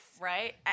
Right